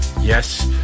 Yes